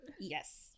Yes